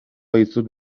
dizut